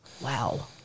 Wow